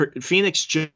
phoenix